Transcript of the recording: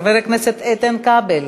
חבר הכנסת איתן כבל.